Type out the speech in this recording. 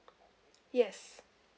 yes